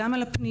גם על הפניות,